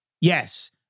Yes